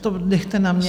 To nechte na mně.